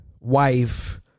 wife